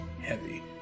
heavy